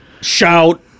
shout